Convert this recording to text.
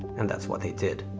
and that's what they did.